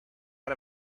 out